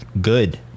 good